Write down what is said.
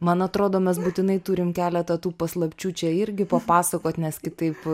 man atrodo mes būtinai turim keletą tų paslapčių čia irgi papasakoti nes kitaip